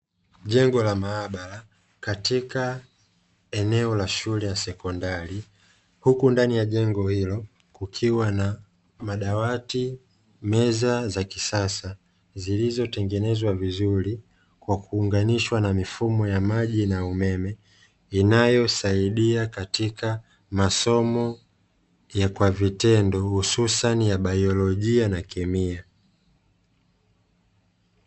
Jengo la maabara katika eneo la shule ya sekondari huku ndani ya jengo hilo kukiwa na madawati, meza za kisasa zilizotengenezwa vizuri kwa kuunganishwa na mifumo ya maji na umeme inayosaidia katika masomo ya vitendo hususani ya baiolojia na kemia.